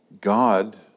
God